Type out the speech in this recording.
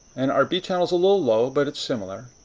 and our b channel is a little low, but it's similar.